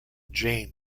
jain